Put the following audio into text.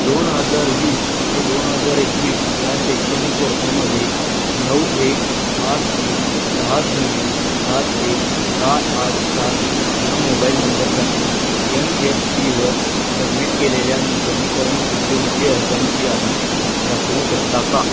दोन हजार वीस ते दोन हजार एकवीस या शैक्षणिक वर्षामध्ये नऊ एक आठ तीन सहा शून्य सात एक चार आठ सात ह्या मोबाईल नंबरसाठी यन एस पीवर सबमिट केलेल्या नूतनीकरण शिष्यवृत्ती अर्जांची यादी दाखवू शकता का